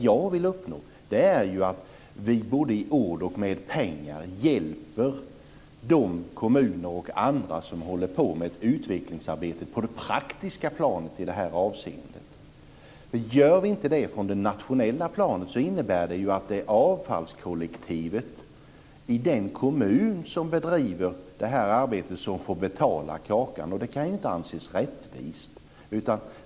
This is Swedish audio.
Jag vill uppnå att vi både i ord och med pengar hjälper de kommuner och andra som håller på med ett utvecklingsarbete på det praktiska planet i det här avseendet. Om vi inte gör det från det nationella planet innebär det ju att det är avfallskollektivet i den kommun som bedriver det här arbetet som får betala kakan. Det kan ju inte anses rättvist.